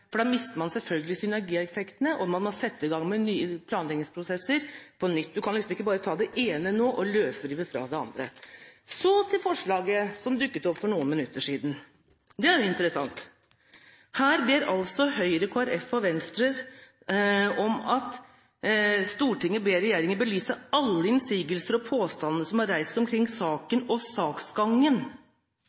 for da mister man selvfølgelig synergieffektene, og man må sette i gang med nye planleggingsprosesser. Man kan ikke bare ta det ene nå og løsrive fra det andre. Så til forslaget som dukket opp for noen minutter siden. Det er interessant. Her ber altså Høyre, Kristelig Folkeparti og Venstre om følgende: «Stortinget ber regjeringen belyse alle innsigelser og påstander som er reist omkring saken og saksgangen,